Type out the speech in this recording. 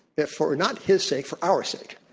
if for not his sake, for our sake.